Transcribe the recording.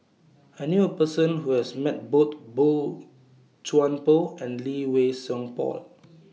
I knew A Person Who has Met Both Boey Chuan Poh and Lee Wei Song Paul